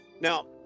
Now